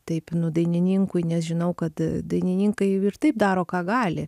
taip dainininkui nes žinau kad dainininkai ir taip daro ką gali